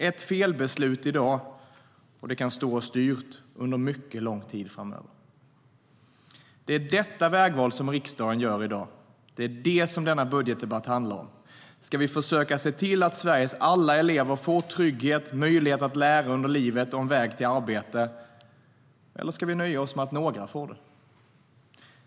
Ett felbeslut i dag kan stå oss dyrt under mycket lång tid framöver. Det är detta vägval som riksdagen gör i dag. Det är det som denna budgetdebatt handlar om. Ska vi försöka se till alla Sveriges elever får trygghet, möjlighet att lära under livet och en väg till arbete eller ska vi nöja oss med att några får det?